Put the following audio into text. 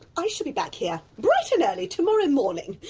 i shall be back here bright and early tomorrow morning.